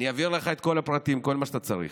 אעביר לך את כל הפרטים, את כל מה שאתה צריך,